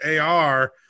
AR